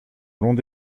long